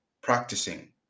practicing